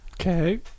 Okay